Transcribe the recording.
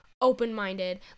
open-minded